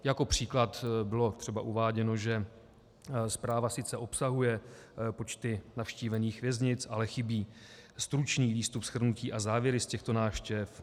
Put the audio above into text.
Jako příklad bylo třeba uváděno, že zpráva sice obsahuje počty navštívených věznic, ale chybí stručný výstup, shrnutí a závěry z těchto návštěv.